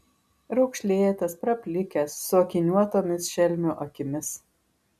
raukšlėtas praplikęs su akiniuotomis šelmio akimis